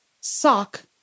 sock